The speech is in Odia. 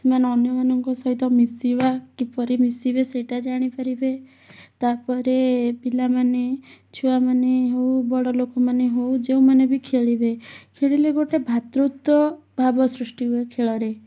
ସେମାନେ ଅନ୍ୟମାନଙ୍କ ସହିତ ମିଶିବା କିପରି ମିଶିବେ ସେଇଟା ଜାଣିପାରିବେ ତା'ପରେ ପିଲାମାନେ ଛୁଆମାନେ ହଉ ବଡ଼ଲୋକମାନେ ହଉ ଯେଉଁମାନେ ବି ଖେଳିବେ ଖେଳିଲେ ଗୋଟେ ଭାତୃତ୍ୱଭାବ ସୃଷ୍ଟି ହୁଏ ଖେଳରେ